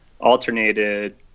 alternated